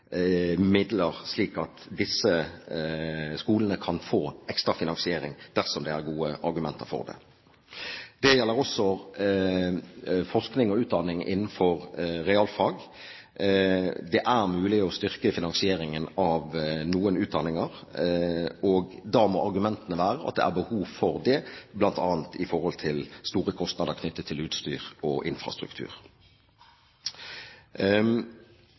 midler slik at disse skolene kan få ekstra finansiering, dersom det er gode argumenter for det. Det gjelder også forskning og utdanning innenfor realfag. Det er mulig å styrke finansieringen av noen utdanninger, og da må argumentene være at det er behov for det, bl.a. med hensyn til store kostnader knyttet til utstyr og infrastruktur.